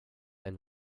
and